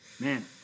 Man